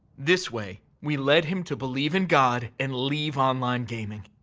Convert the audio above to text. this way, we led him to believe in god and leave online gaming.